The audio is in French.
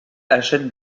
achète